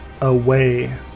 away